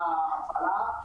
ההפעלה,